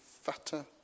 fatter